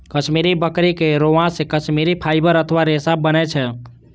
कश्मीरी बकरी के रोआं से कश्मीरी फाइबर अथवा रेशा बनै छै